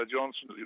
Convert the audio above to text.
Johnson